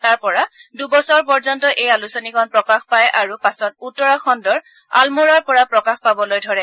তাৰ পৰা দুবছৰ পৰ্যন্ত এই আলোচনীখন প্ৰকাশ পাই আৰু পাছত উত্তৰাখণ্ডৰ আলমোডাৰ পৰা প্ৰকাশ পাবলৈ ধৰে